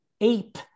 ape